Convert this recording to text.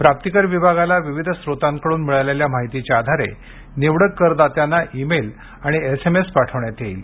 प्राप्ती कर विभागाला विविध स्रोतांकडून मिळालेल्या माहितीच्या आधारे निवडक करदात्यांना ईमेल आणि एसएमएस पाठविण्यात येईल